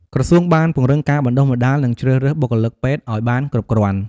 ក្រសួងបានពង្រឹងការបណ្តុះបណ្តាលនិងជ្រើសរើសបុគ្គលិកពេទ្យឱ្យបានគ្រប់គ្រាន់។